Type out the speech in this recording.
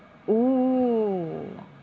oo